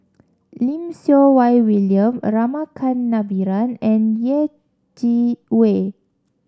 Lim Siew Wai William Rama Kannabiran and Yeh Chi Wei